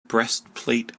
breastplate